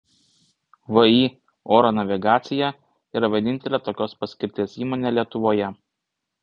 vį oro navigacija yra vienintelė tokios paskirties įmonė lietuvoje